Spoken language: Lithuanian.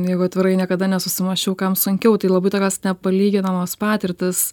jeigu atvirai niekada nesusimąsčiau kam sunkiau tai labai tokios nepalyginamos patirtys